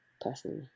personally